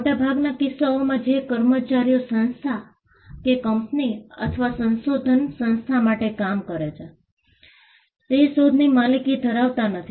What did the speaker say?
મોટાભાગના કિસ્સાઓમાં જે કર્મચારીઓ સંસ્થા કે કંપની અથવા સંશોધન સંસ્થા માટે કામ કરે છે તે શોધની માલિકી ધરાવતા નથી